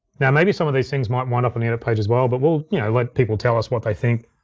now maybe some of these things might wind up on the edit pages, well, but we'll yeah let people tell us what they think.